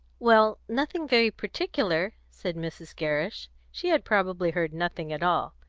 well, nothing very particular, said mrs. gerrish she had probably heard nothing at all.